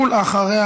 ואחריה,